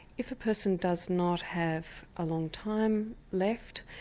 if a person does not have a long time left,